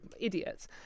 idiots